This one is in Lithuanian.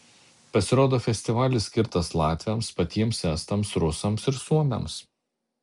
pasirodo festivalis skirtas latviams patiems estams rusams ir suomiams